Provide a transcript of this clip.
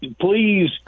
Please